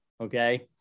Okay